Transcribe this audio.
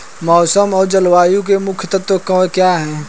मौसम और जलवायु के मुख्य तत्व क्या हैं?